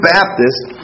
Baptists